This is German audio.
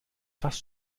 fast